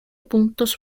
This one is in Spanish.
puntos